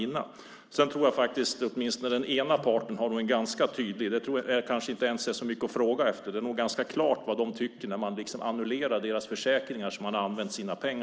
För övrigt tror jag att det, åtminstone vad gäller den ena parten, nog är ganska klart vad den tycker när man annullerar försäkringar som folk använt sina pengar till att betala. Det kanske inte är så mycket att fråga efter.